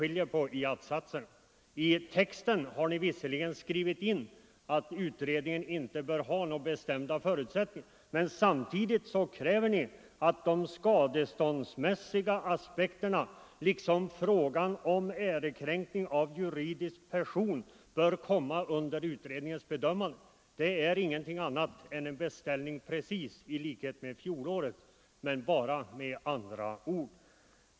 I texten har ni visserligen skrivit in att utredningen inte bör ha några bestämda förutsättningar. Men samtidigt kräver ni att de skadeståndsrättsliga aspekterna liksom frågan om ärekränkning av juridisk person bör komma under utredningens bedömande. Det är ingenting annat än en beställning precis i likhet med fjolårets — bara med andra ord.